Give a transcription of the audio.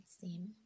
seem